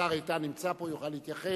השר איתן נמצא פה, יוכל להתייחס.